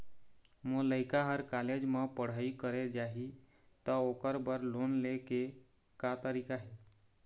मोर लइका हर कॉलेज म पढ़ई करे जाही, त ओकर बर लोन ले के का तरीका हे?